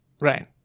Right